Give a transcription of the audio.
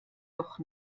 doch